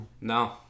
No